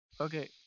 Okay